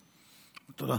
תודה.